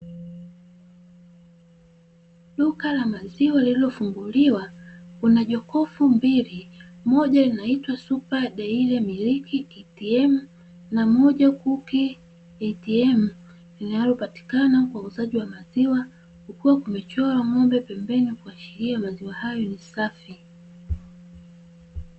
Duka la maziwa lililofunguliwa Kuna jokofu mbili, moja linaloitwa (super daily milk ATM) na moja (cookie ATM), linalopatikana kwa wauzaji wa maziwa, kukiwa kumechorwa ng'ombe pembeni kuashiria kuwa maziwa hayo ni safi.